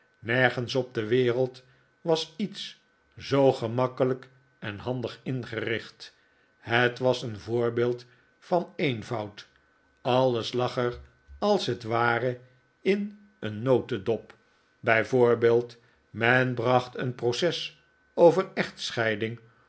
nergens op de wereld was iets zoo gemakkelijk en handig ingericht het was een voorbeeld van eenvoud alles lag er als'het ware in een notedop bij voorbeeld men bracht een procesover echtscheiding of over